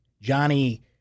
Johnny